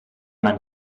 man